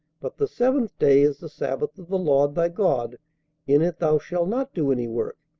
but the seventh day is the sabbath of the lord thy god in it thou shalt not do any work,